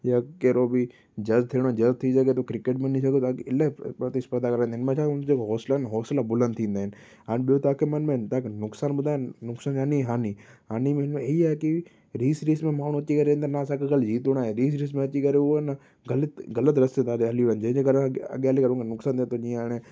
या कहिड़ो बि जज थियणो जज थी सघे थो क्रिकेट में वञी सघे थो इलाही प्रतिस्पर्धा कराईंदा आहिनि हिन में छा आहे हुन जा हौसिलनि हौसिला बुलंदु थींदा आहिनि हाणे ॿियो तव्हांखे मां हिन में तव्हांखे नुक़सानु ॿुधायां नुक़्सानु याने हाञि हाञि मतिलब हीअ आहे की रीस रीस में माण्हू अची करे चवनि था न असांखे ख़ाली हीउ दौड़िणो आहे रीस रीस में अची करे हू आहे न ग़लति गलति रस्ते ते था हली वञनि जंहिंजे करे अॻि अॻियां हली करे उन खे नुक़सान त थियनि जीअं हाणे